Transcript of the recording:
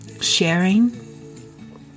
sharing